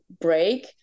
break